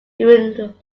human